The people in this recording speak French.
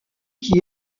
qui